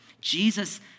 Jesus